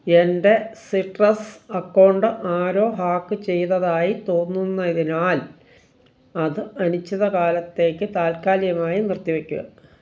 എന്റെ citrus account ആരോ hack ചെയ്തതായി തോന്നുന്നതിനാൽ അത് അനിശ്ചിതകാലത്തേക്ക് താൽക്കാലികമായി നിർത്തിവയ്ക്കുക